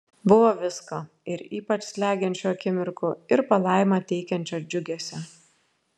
buvo visko ir ypač slegiančių akimirkų ir palaimą teikiančio džiugesio